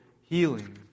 healing